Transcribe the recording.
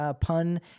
Pun